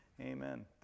Amen